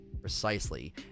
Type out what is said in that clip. Precisely